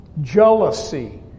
Jealousy